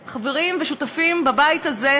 ולמצוא את הפתרון ואת הדרך.